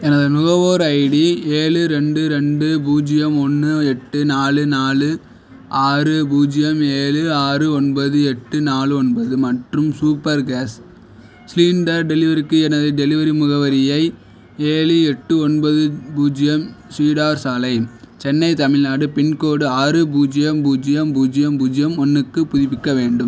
எனது நுகர்வோர் ஐடி ஏழு ரெண்டு ரெண்டு பூஜ்ஜியம் ஒன்று எட்டு நாலு நாலு ஆறு பூஜ்ஜியம் ஏழு ஆறு ஒன்பது எட்டு நாலு ஒன்பது மற்றும் சூப்பர் கேஸ் சிலிண்டர் டெலிவரிக்கு எனது டெலிவரி முகவரியை ஏழு எட்டு ஒன்பது பூஜ்ஜியம் சீடர் சாலை சென்னை தமிழ்நாடு பின்கோட் ஆறு பூஜ்ஜியம் பூஜ்ஜியம் பூஜ்ஜியம் பூஜ்ஜியம் ஒன்றுக்கு புதுப்பிக்க வேண்டும்